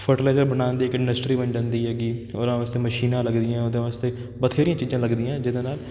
fertiliser ਬਣਾਉਣ ਦੀ ਇੱਕ ਇੰਡਸਟਰੀ ਬਣ ਜਾਂਦੀ ਹੈਗੀ ਉਹਨਾਂ ਵਾਸਤੇ ਮਸ਼ੀਨਾਂ ਲੱਗਦੀਆਂ ਉਹਦੇ ਵਾਸਤੇ ਬਥੇਰੀਆਂ ਚੀਜ਼ਾਂ ਲੱਗਦੀਆਂ ਹੈ ਜਿਹਦੇ ਨਾਲ